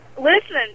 Listen